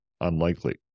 unlikely